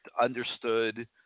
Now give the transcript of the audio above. understood